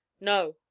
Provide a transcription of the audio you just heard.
no